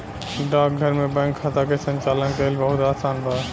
डाकघर में बैंक खाता के संचालन कईल बहुत आसान बा